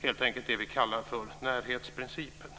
Det är helt enkelt det som vi kallar för närhetsprincipen.